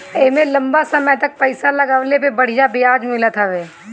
एमे लंबा समय तक पईसा लगवले पे बढ़िया ब्याज मिलत हवे